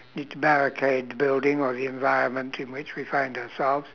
need to barricade the building or the environment in which we find ourselves